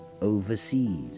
overseas